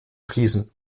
schließen